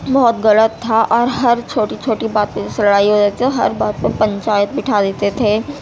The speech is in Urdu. بہت غلط تھا اور ہر چھوٹی چھوٹی باتوں سے لڑائی ہو جاتی اور ہر بات پر پنچایت بٹھا دیتے تھے